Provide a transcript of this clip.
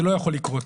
זה לא יכול לקרות.